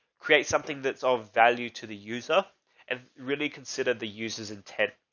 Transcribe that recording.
create something that's of value to the user and really considered the user's intent.